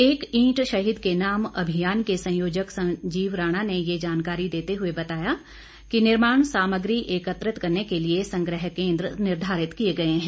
एक ईंट शहीद के नाम अभियान के संयोजक संजीव राणा ने ये जानकारी देते हुए बताया कि निर्माण सामग्री एकत्रित करने के लिए संग्रह केंद्र निर्घारित किए गए हैं